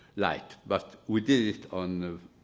light but we did it on